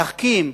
להחכים,